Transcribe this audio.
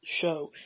show